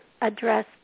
address